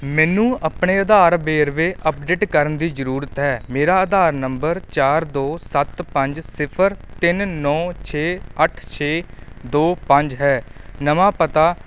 ਮੈਨੂੰ ਆਪਣੇ ਆਧਾਰ ਵੇਰਵੇ ਅੱਪਡੇਟ ਕਰਨ ਦੀ ਜ਼ਰੂਰਤ ਹੈ ਮੇਰਾ ਆਧਾਰ ਨੰਬਰ ਚਾਰ ਦੋ ਸੱਤ ਪੰਜ ਸਿਫ਼ਰ ਤਿੰਨ ਨੌ ਛੇ ਅੱਠ ਛੇ ਦੋ ਪੰਜ ਹੈ ਨਵਾਂ ਪਤਾ